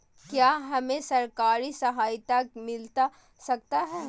क्या हमे सरकारी सहायता मिलता सकता है?